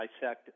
dissect